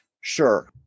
Sure